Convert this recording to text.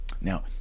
Now